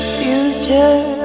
future